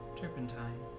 Turpentine